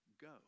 go